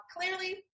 clearly